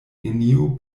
neniu